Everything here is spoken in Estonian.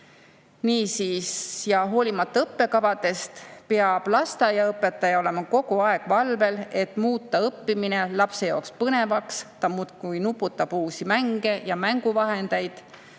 Niisiis, hoolimata õppekavadest, peab lasteaiaõpetaja olema kogu aeg valvel, et muuta õppimine lapse jaoks põnevaks. Ta muudkui nuputab uusi mänge ja mänguvahendeid